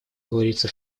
говорится